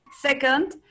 Second